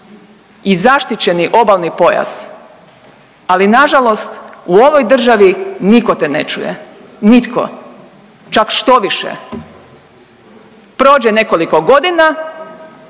i zaštićeni obalni pojas, ali nažalost u ovoj državi nitko te ne čuje, nitko, čak štoviše prođe nekoliko godina,